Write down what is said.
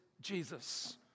Jesus